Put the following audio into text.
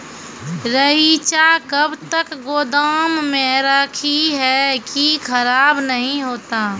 रईचा कब तक गोदाम मे रखी है की खराब नहीं होता?